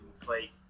play